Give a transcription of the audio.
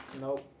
Nope